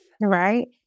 Right